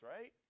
right